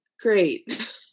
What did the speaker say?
great